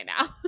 now